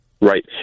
Right